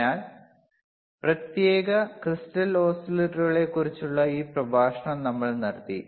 അതിനാൽ പ്രത്യേക ക്രിസ്റ്റൽ ഓസിലേറ്ററുകളെക്കുറിച്ചുള്ള ഈ പ്രഭാഷണം നമ്മൾ നിർത്തി